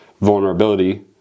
vulnerability